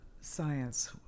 science